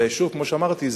וכמו שאמרתי,